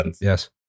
Yes